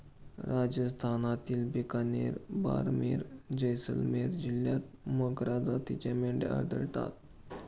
राजस्थानातील बिकानेर, बारमेर, जैसलमेर जिल्ह्यांत मगरा जातीच्या मेंढ्या आढळतात